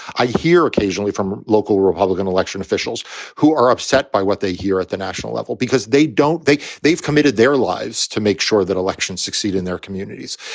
i hear occasionally from local republican election officials who are upset by what they hear at the national level, because they don't they they've committed their lives to make sure that elections succeed in their communities.